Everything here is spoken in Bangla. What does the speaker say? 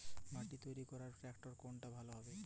মাটি তৈরি করার ট্রাক্টর কোনটা ভালো হবে?